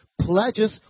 pledges